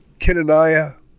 Kenaniah